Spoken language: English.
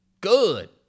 good